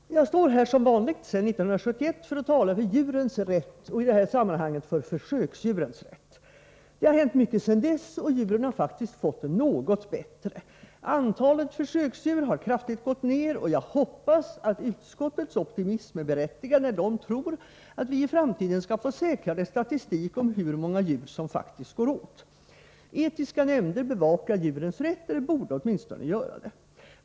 Herr talman! Jag står här som vanligt — sedan 1971 — för att tala för djurens rätt, och i det här sammanhanget för försöksdjurens. Mycket har hänt sedan 1971, och djuren har faktiskt fått det något bättre. Antalet försöksdjur har kraftigt gått ner, och jag hoppas att utskottets optimism är berättigad när man tror att vi i framtiden skall få säkrare statistik om hur många djur som faktiskt går åt. Etiska nämnder bevakar djurens rätt — eller borde åtminstone göra det.